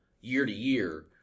year-to-year